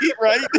right